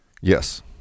Yes